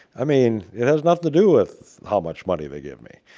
i mean, it has nothing to do with how much money they give me.